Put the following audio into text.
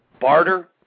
barter